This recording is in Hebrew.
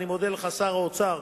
אני מודה לך, שר האוצר,